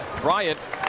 Bryant